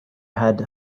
had